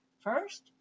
first